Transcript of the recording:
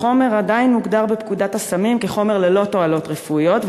החומר עדיין מוגדר בפקודת הסמים חומר ללא תועלות רפואיות,